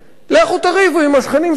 לכו תריבו עם השכנים שלכם,